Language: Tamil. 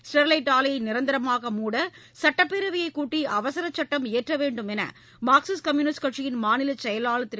ஸ்டெர்லைட் ஆலையை நிரந்தரமாக மூட சட்டப்பேரவையை கூட்டி அவசர சட்டம் இயற்ற வேண்டும் என்று மார்க்சிஸ்ட் கம்யூனிஸ்ட் கட்சியின் மாநிலச் செயலாளர் திரு